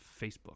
Facebook